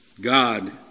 God